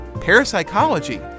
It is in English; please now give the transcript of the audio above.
Parapsychology